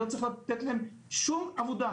אני לא צריך לתת להם שום עבודה.